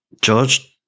George